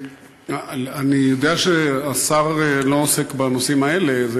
אני יודע שהשר הרי לא עוסק בנושאים האלה,